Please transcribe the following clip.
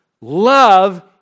love